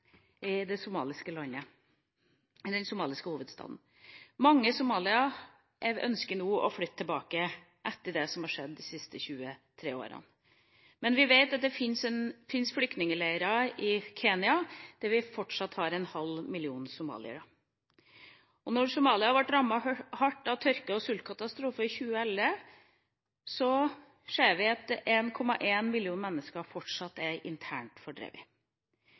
den somaliske hovedstaden. Mange somaliere ønsker nå å flytte tilbake etter det som har skjedd de siste 23 åra, men vi vet at det fins flyktningleirer i Kenya der det fortsatt er en halv million somaliere. Somalia ble rammet hardt av en tørke- og sultkatastrofe i 2011, og vi ser at 1,1 millioner mennesker fortsatt er internt